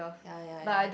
ya ya ya